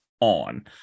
on